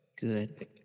Good